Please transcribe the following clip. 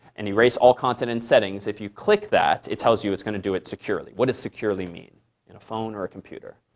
and erase all content and settings if you click that, it tells you it's going to do it securely. what does securely mean in a phone or a computer?